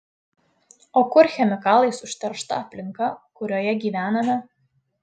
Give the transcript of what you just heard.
o kur chemikalais užteršta aplinka kurioje gyvename